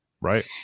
Right